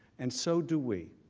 and so do we.